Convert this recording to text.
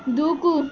దూకు